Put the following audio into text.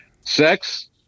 sex